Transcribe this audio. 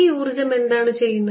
ഈ ഊർജ്ജം എന്താണ് ചെയ്യുന്നത്